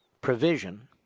provision